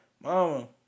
mama